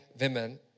women